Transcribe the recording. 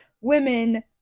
women